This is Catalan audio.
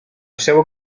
seua